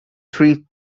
three